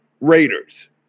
Raiders